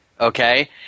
Okay